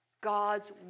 God's